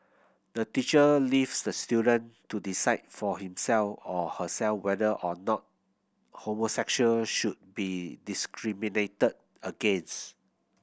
the teacher leaves the student to decide for himself or herself whether or not homosexuals should be discriminated against